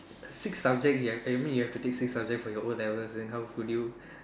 six subject you've I mean you have to take six subject for your O-levels then how could you